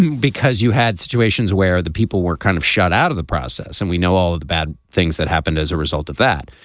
and because you had situations where the people were kind of shut out of the process. and we know all of the bad things that happened as a result of that.